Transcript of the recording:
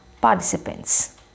participants